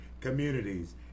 communities